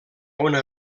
una